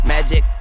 Magic